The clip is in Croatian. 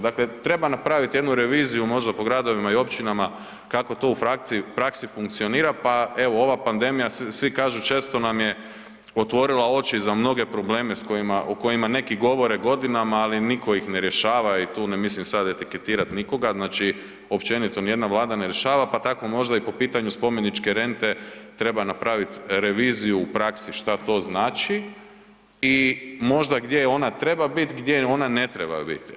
Dakle, treba napraviti jednu reviziju možda po gradovima i općinama kako to u praksi funkcionira pa evo, ova pandemija, svi kažu često nam je otvorila oči za mnoge probleme o kojima neki govore godinama, ali nitko ih ne rješava i tu ne mislim sad etiketirati nikoga, znači općenito nijedna vlada ne rješava, pa tako možda i po pitanju spomeničke rente treba napraviti reviziju u praksi što to znači i možda gdje ona treba bit, gdje ona ne trebaju biti.